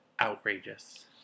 outrageous